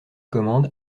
commande